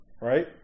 right